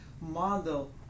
model